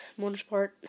Motorsport